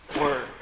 Word